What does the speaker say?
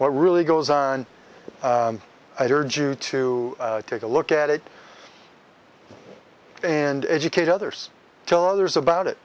what really goes on to take a look at it and educate others tell others about it